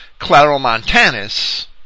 Claromontanus